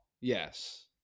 Yes